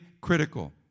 critical